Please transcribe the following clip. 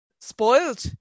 spoiled